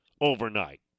overnight